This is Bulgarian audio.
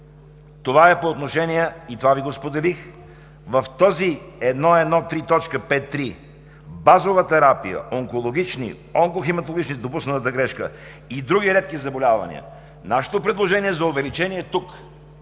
това е по отношение, и Ви го споделих, в т. 1.1.3.5.3 „Базова терапия, онкологични, онкохематологични – с допуснатата грешка – и други редки заболявания“. Тук нашето предложение за увеличение,